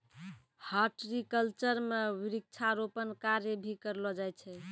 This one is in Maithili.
हॉर्टिकल्चर म वृक्षारोपण कार्य भी करलो जाय छै